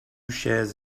shares